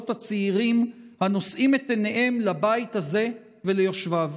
הצעירים הנושאים את עיניהם לבית הזה וליושביו.